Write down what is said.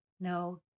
No